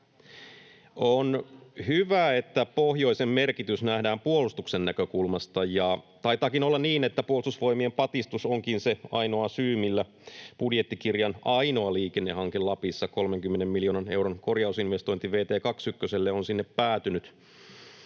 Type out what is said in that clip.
On hyvä, että pohjoisen merkitys nähdään puolustuksen näkökulmasta. Taitaakin olla niin, että Puolustusvoimien patistus onkin se ainoa syy, millä budjettikirjan ainoa liikennehanke Lapissa, 30 miljoonan euron korjausinvestointi vt 21:lle, on sinne päätynyt.